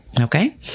Okay